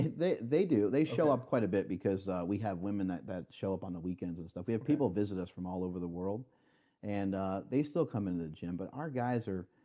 they they do. they show up quite a bit because we have women that that show up on the weekends and stuff. we have people visit us from all over the world and ah they still come into the gym, but our guys are,